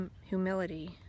humility